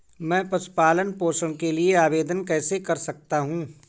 मैं पशु पालन पोषण के लिए आवेदन कैसे कर सकता हूँ?